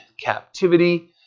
captivity